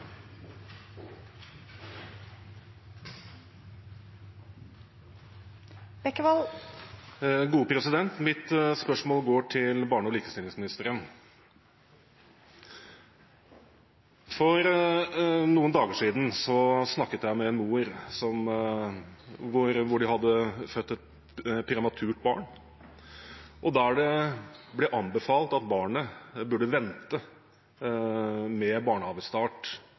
Mitt spørsmål går til barne- og likestillingsministeren. For noen dager siden snakket jeg med en mor som hadde født et prematurt barn, og det ble anbefalt at barnet burde vente med barnehagestart,